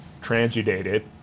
transudated